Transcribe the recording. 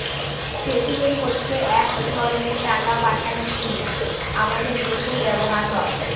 Paytm হচ্ছে এক ধরনের টাকা পাঠাবার জিনিস আমাদের দেশেও ব্যবহার হয়